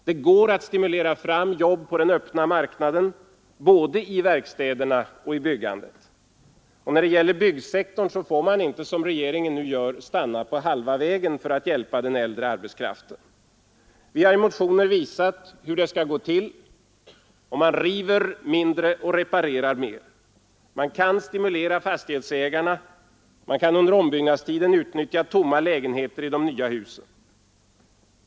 Det går att stimulera fram jobb på den öppna marknaden, både i verkstäderna och i byggandet. När det gäller byggsektorn får man inte, som regeringen nu gör, stanna på halva vägen i fråga om att hjälpa den äldre arbetskraften. Vi har i motioner visat hur det skall gå till: man river mindre och reparerar mer. Man kan stimulera fastighetsägarna. Man kan under ombyggnadstiden utnyttja tomma lägenheter i de nya husen.